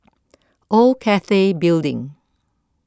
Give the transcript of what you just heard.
Old Cathay Building